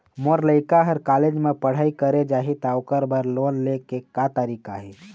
मोर लइका हर कॉलेज म पढ़ई करे जाही, त ओकर बर लोन ले के का तरीका हे?